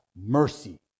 mercy